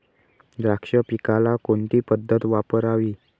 द्राक्ष पिकाला कोणती पद्धत वापरावी?